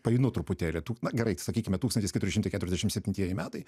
painu truputėlį tūk na gerai sakykime tūkstantis keturi šimtai keturiasdešim septintieji metai